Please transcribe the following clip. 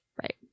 right